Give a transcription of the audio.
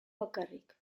bakarrik